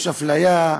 יש אפליה,